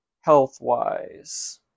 health-wise